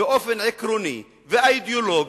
באופן עקרוני ואידיאולוגי,